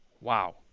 wow